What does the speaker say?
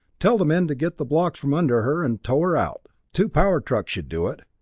tell the men to get the blocks from under her and tow her out. two power trucks should do it.